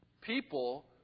people